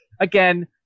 again